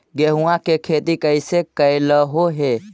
गेहूआ के खेती कैसे कैलहो हे?